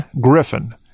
griffin